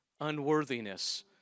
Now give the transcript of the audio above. unworthiness